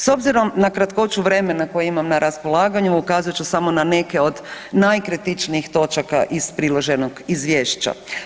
S obzirom na kratkoću vremena koje imam na raspolaganju ukazat ću samo na neke od najkritičnijih točaka iz priloženog izvješća.